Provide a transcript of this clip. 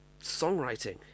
songwriting